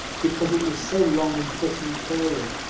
because it was so long and thick and curly.